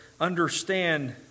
Understand